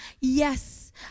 Yes